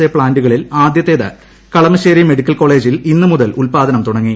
A പ്ലാൻറുകളിൽ ആദ്യത്തേത് Kalamassery medical കോളേജിൽ ഇന്നുമുതൽ ഉൽപ്പാദനം തുടങ്ങി